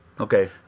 Okay